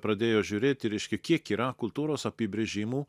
pradėjo žiūrėti reiškia kiek yra kultūros apibrėžimų